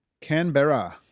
Canberra